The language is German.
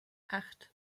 acht